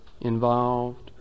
involved